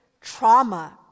trauma